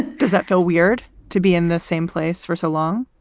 does that feel weird to be in the same place for so long?